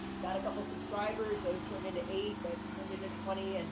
got a couple subscribers. those turned into eight. that turned into twenty, and,